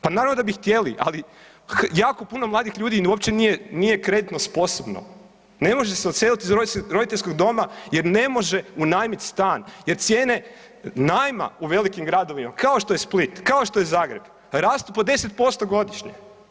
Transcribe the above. Pa naravno da bi htjeli, ali jako puno mladih ljudi uopće nije kreditno sposobno, ne možete se odseliti iz roditeljskog doma jer ne može unajmiti stan jer cijene najma u velikim gradovima kao što je Split, kao što je Zagreb, rastu po 10% godišnje.